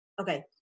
okay